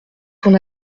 ton